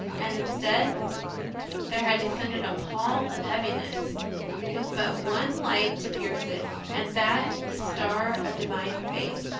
and instead there had descended a pall of heaviness with but one light to pierce it, and that the star of divine faith,